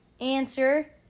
answer